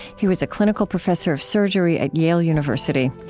he was clinical professor of surgery at yale university,